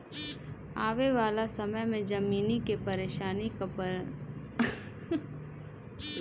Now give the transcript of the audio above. आवे वाला समय में जमीनी के पानी कअ परेशानी जरूर होई